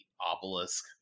obelisk